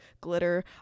glitter